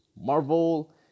Marvel